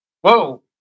whoa